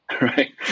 right